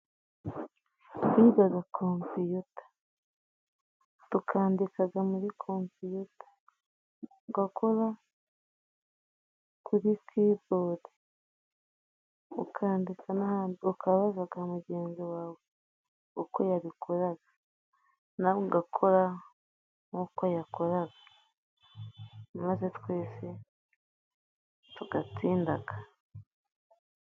Twigaga kompiyuta, tukandikaga muri kompiyuta, tugakora kuri kibodi, ukandika n'ahantu ukabazaga mugenzi wawe uko yabikoragan, awe ugakora nk'uko yakoraga maze twese tugatsindaga.